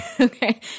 Okay